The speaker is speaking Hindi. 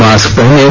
मास्क पहनें